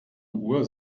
uhr